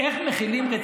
איך מחילים,